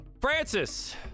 Francis